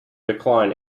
decline